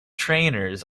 trainers